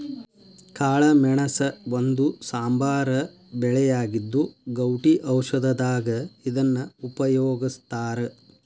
ಕಾಳಮೆಣಸ ಒಂದು ಸಾಂಬಾರ ಬೆಳೆಯಾಗಿದ್ದು, ಗೌಟಿ ಔಷಧದಾಗ ಇದನ್ನ ಉಪಯೋಗಸ್ತಾರ